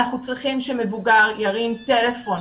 אנחנו צריכים שמבוגר ירים טלפון.